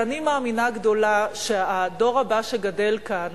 אני מאמינה גדולה שהדור הבא שגדל כאן,